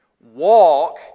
Walk